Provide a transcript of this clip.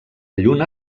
lluna